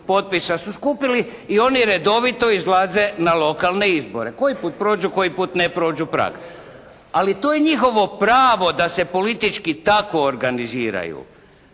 potpisa su skupili i oni redovito izlaze na lokalne izbore. Koji puta prođu, koji puta ne prođu prag. Ali to je njihovo pravo da se politički kako organiziraju.